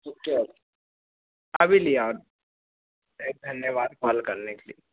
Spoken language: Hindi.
ओके अब अभी ले आओ ए धन्यवाद कॉल करने के लिए